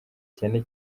cyane